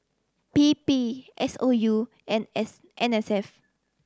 P P S O U and S N S F